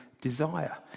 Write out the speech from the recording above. desire